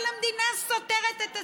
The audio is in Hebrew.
אבל המדינה סותרת את עצמה,